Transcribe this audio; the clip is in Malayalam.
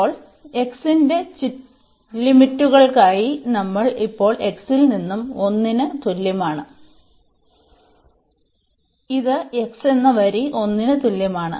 ഇപ്പോൾ x ന്റെ ലിമിറ്റുകൾക്കായി നമ്മൾ ഇപ്പോൾ x ൽ നിന്ന് 1 ന് തുല്യമാണ് ഇത് x എന്ന വരി 1 ന് തുല്യമാണ്